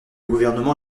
gouvernement